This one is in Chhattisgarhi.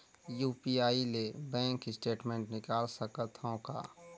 यू.पी.आई ले बैंक स्टेटमेंट निकाल सकत हवं का?